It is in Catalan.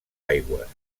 aigües